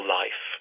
life